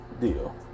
deal